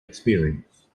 experience